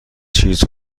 چیز